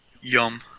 Yum